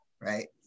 right